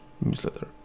newsletter